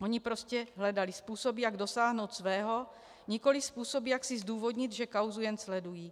Oni prostě hledali způsoby, jak dosáhnout svého, nikoli způsoby, jak si zdůvodnit, že kauzu jen sledují.